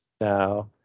now